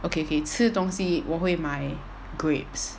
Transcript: okay okay 吃东西我会买 grapes